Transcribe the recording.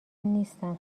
نیستم